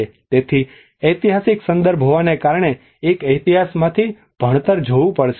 તેથી એઈતિહાસિક સંદર્ભ હોવાને કારણે એક ઇતિહાસમાંથી ભણતર જોવું પડશે